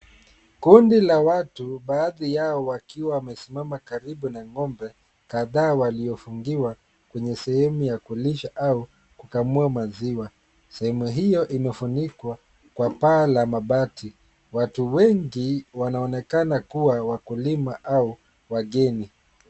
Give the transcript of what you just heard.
Kundi la watu, baadhi yao wakiwa wamesimama karibu na ng'ombe kadha waliofungiwa kwenye sehemu ya kulisha au kukamua maziwa, sehemu hiyo imefunikwa kwa paa la mabati, watu wengi wanaonekana kuwa wakulima au wageni.